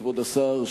כבוד השר,